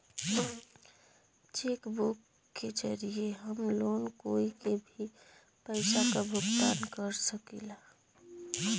check book के जरिये हम लोग कोई के भी पइसा क भुगतान कर सकीला